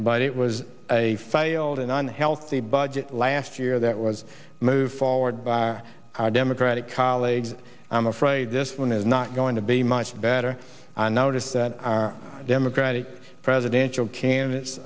but it was a failed and unhealthy budget last year that was moved forward by how democratic colleagues i'm afraid this one is not going to be much better noticed that democratic presidential candidates